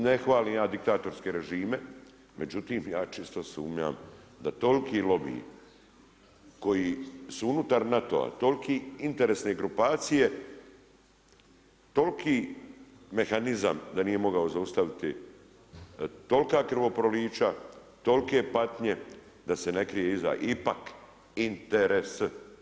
Ne hvalim ja diktatorske režime, međutim, ja čisto sumnjam da toliki lobiji koji su unutar NATO-a toliki interesne grupacije, toliki mehanizam da nije mogao zaustaviti, tolika krvoprolića, tolike patnje, da se ne krije iza ipak interes.